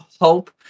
hope